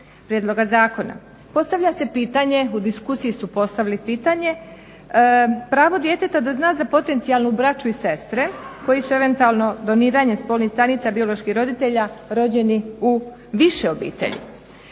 prijedloga zakona. Postavlja se pitanje, u diskusiji su postavili pitanje pravo djeteta da zna za potencijalnu braću i sestre koji su eventualno doniranje spolnih stanica bioloških roditelja rođeni u više obitelji.